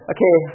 Okay